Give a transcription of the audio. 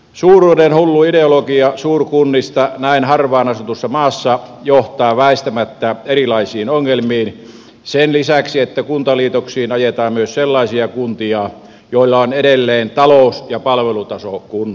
suuruudenhullu ideologia suurkunnista näin harvaan asutussa maassa johtaa väistämättä erilaisiin ongelmiin sen lisäksi että kuntaliitoksiin ajetaan myös sellaisia kuntia joilla on edelleen talous ja palvelutaso kunnossa